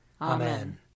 Amen